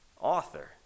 Author